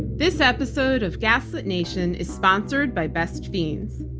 this episode of gaslit nation is sponsored by best fiends.